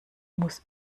muss